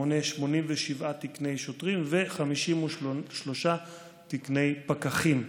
המונה 87 תקני שוטרים ו-53 תקני פקחים.